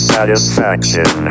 Satisfaction